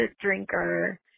drinker